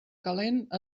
calent